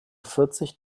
vierzig